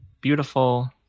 beautiful